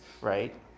right